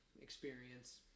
experience